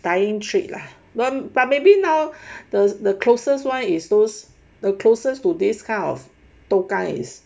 dying trade lah but but maybe now the the closest [one] is those the closest to this kind of 豆干 is